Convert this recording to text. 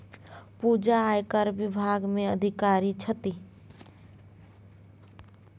पूजा आयकर विभाग मे अधिकारी छथि